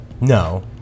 No